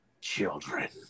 Children